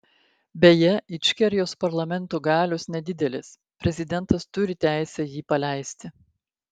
beje ičkerijos parlamento galios nedidelės prezidentas turi teisę jį paleisti